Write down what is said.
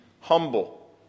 humble